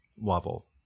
level